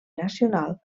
nacional